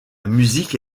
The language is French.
musique